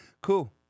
Cool